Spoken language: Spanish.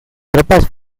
tropas